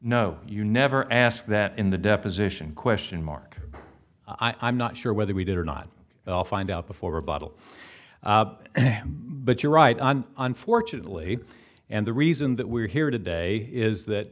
no you never ask that in the deposition question mark i'm not sure whether we did or not i'll find out before a bottle but you're right unfortunately and the reason that we're here today is that